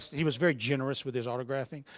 he was very generous with his autographing.